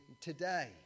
today